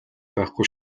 байхгүй